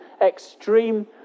extreme